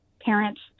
parents